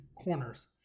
corners